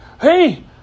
hey